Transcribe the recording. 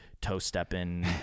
toe-stepping